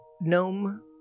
gnome